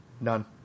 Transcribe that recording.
None